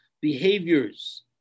behaviors